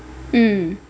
mm